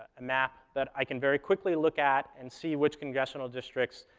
a map that i can very quickly look at and see which congressional districts